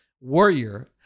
Warrior